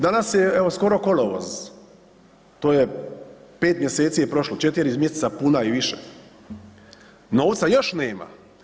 Danas je evo skoro kolovoz, to je, 5 mjeseci je prošlo, 4 mjeseca puna i više, novca još nema.